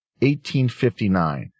1859